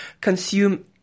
consume